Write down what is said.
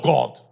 God